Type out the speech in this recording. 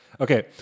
Okay